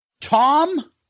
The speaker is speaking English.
Tom